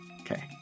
Okay